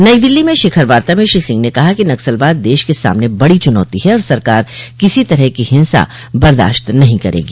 नई दिल्ली में शिखर वार्ता में श्री सिंह ने कहा कि नक्सलवाद देश के सामने बड़ी चुनौती है और सरकार किसी तरह की हिंसा बर्दाश्त नहीं करेगी